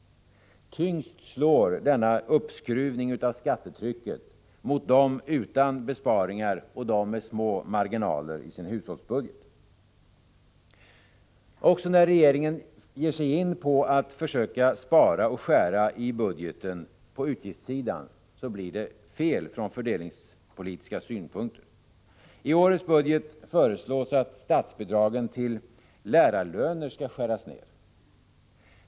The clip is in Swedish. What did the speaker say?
Tyngst slår denna uppskruvning av skattetrycket mot dem som saknar besparingar och mot dem med små marginaler i sin hushållsbudget. Också när regeringen ger sig på att spara och skära i budgeten på utgiftssidan blir det fel från fördelningspolitiska synpunkter. I årets budget föreslår man att statsbidragen till lärarlöner skall skäras ner.